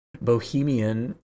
bohemian